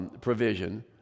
Provision